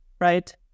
Right